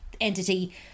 entity